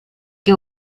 que